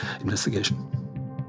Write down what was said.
investigation